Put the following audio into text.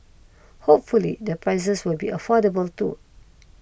hopefully the prices will be affordable too